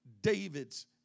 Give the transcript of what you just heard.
David's